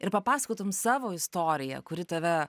ir papasakotum savo istoriją kuri tave